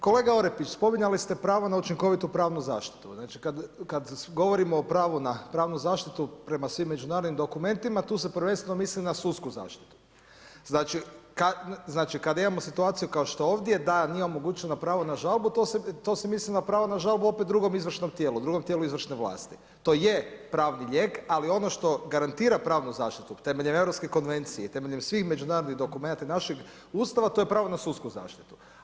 Kolega Orepić spominjali ste pravo na učinkovitu pravnu zaštitu, znači kad govorimo o pravu na pravnu zaštitu prema svim međunarodnim dokumentima tu se prvenstveno misli na sudsku zaštitu, znači kad imamo situaciju kao što ovdje da nije omogućeno pravo na žalbu to se misli na pravo na žalbu drugom izvršnom tijelu, drugom tijelu izvršne vlasti, to je pravni lijek, ali ono što garantira pravnu zaštitu temeljem Europske konvencije, temeljem svih međunarodnih dokumenata našeg Ustava, to je pravo na sudsku zaštitu.